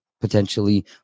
potentially